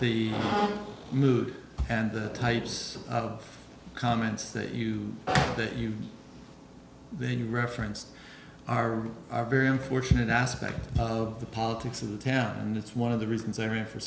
the mood and the types of comments that you that you then referenced are very unfortunate aspect of the politics of the town and it's one of the reasons i ran for